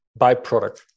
byproduct